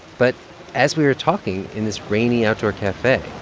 but as we were talking in this rainy outdoor cafe,